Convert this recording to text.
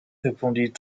répondit